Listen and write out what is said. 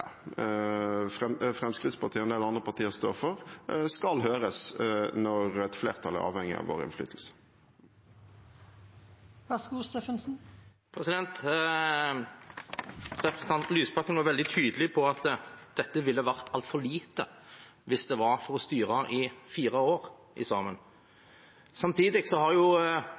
andre partier står for, skal høres når et flertall er avhengig av vår innflytelse. Representanten Lysbakken var veldig tydelig på at dette ville vært altfor lite hvis det var for å styre sammen i fire år.